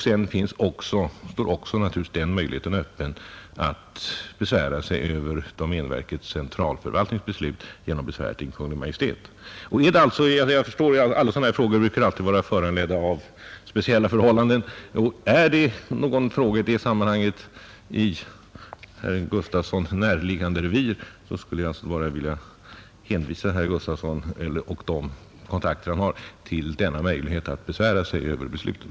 Sedan står naturligtvis också möjligheten öppen att besvära sig över domänverkets centralförvaltnings beslut genom besvär till Kungl. Maj:t. Alla liknande frågor brukar vara föranledda av speciella förhållanden. Är det någon fråga i detta sammanhang i herr Gustavsson näraliggande revir, skulle jag bara vilja hänvisa herr Gustavsson och hans kontakter till denna möjlighet att besvära sig över besluten.